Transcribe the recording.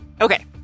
Okay